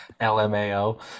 LMAO